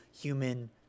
human